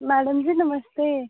madam ji नमस्ते